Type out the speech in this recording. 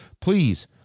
please